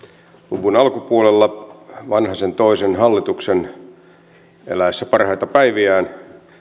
luvun alkupuolella vanhasen toisen hallituksen eläessä parhaita päiviään